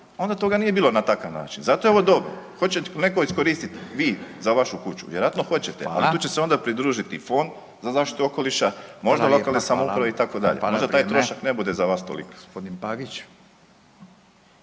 onda toga nije bilo na takav način, zato je ovo dobro. Hoće netko iskoristit, vi za vašu kuću, vjerojatno hoćete, al tu će se onda pridružiti i Fond za zaštitu okoliša, možda lokalne samouprave itd., možda taj trošak ne bude za vas toliki.